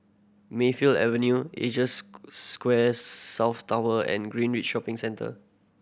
Mayfield Avenue Asia Square South Tower and Greenridge Shopping Centre